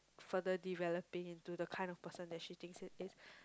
further developing into the kind of person that she thinks it is